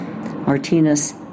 Martinez